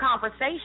conversation